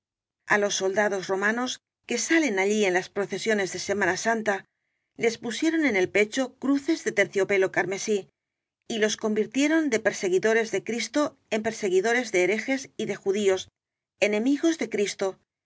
á los soldados roma nos que salen allí en las procesiones de semana santa les pusieron en el pecho cruces de terciope lo carmesí y los convirtieron de perseguidores de cristo en perseguidores de herejes y de judíos enemigos de cristo